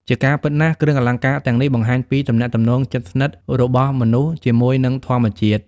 ជាការពិតណាស់ គ្រឿងអលង្ការទាំងនេះបង្ហាញពីទំនាក់ទំនងជិតស្និទ្ធរបស់មនុស្សជាមួយនឹងធម្មជាតិ។